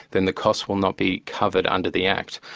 then the costs will not be covered under the act.